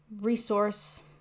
resource